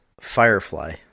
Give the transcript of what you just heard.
Firefly